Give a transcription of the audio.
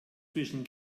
zwischen